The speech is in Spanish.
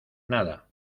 nada